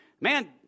man